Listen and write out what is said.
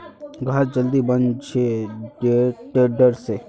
घास जल्दी बन छे टेडर से